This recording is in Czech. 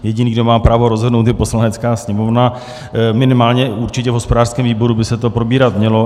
Jediný, kdo má právo rozhodnout, je Poslanecká sněmovna, minimálně určitě v hospodářském výboru by se to probírat mělo.